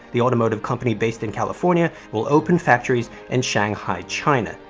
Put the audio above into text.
the automotive company based in california, will open factories in shanghai, china.